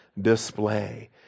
display